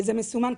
זה מסומן.